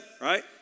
right